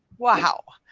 wow!